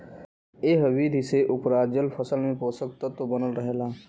एह विधि से उपराजल फसल में पोषक तत्व बनल रहेला